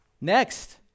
Next